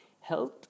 health